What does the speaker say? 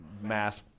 mass